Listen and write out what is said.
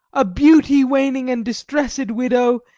a beauty-waning and distressed widow,